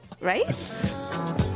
Right